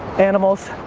animals.